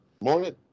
Morning